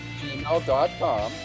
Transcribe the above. gmail.com